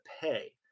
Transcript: pay